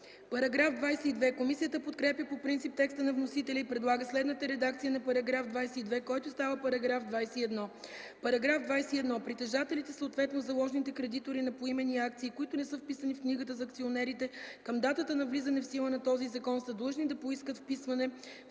ФИДОСОВА: Комисията подкрепя по принцип текста на вносителя и предлага следната редакция на § 22, който става § 21: „§ 21. Притежателите, съответно заложните кредитори, на поименни акции, които не са вписани в книгата за акционерите към датата на влизане в сила на този закон, са длъжни да поискат вписване в